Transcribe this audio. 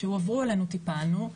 כשהועברו אלינו טיפלנו,